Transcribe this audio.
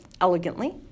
elegantly